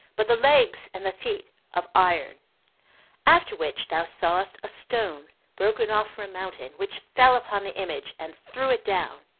but the legs and the feet of iron after which thou sawest a stone broken off from a mountain, which fell upon the image, and threw it down,